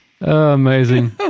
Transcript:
Amazing